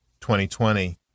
2020